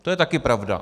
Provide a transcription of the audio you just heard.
To je také pravda.